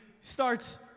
starts